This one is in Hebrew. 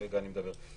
אני מדבר כרגע,